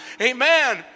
amen